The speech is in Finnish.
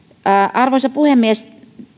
arvoisa puhemies